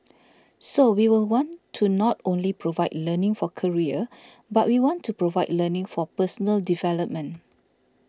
so we will want to not only provide learning for career but we want to provide learning for personal development